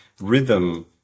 rhythm